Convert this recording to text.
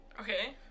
Okay